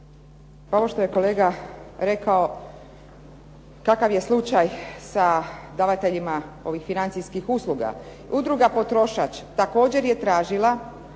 Ovo što je kolega rekao takav je slučaj sa davateljima ovih financijskih usluga. Udruga „Potrošač“ također je tražila